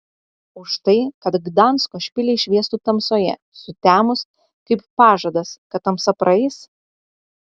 už tai kad gdansko špiliai šviestų tamsoje sutemus kaip pažadas kad tamsa praeis